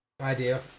idea